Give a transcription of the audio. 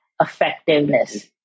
effectiveness